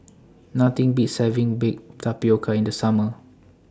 Nothing Beats having Baked Tapioca in The Summer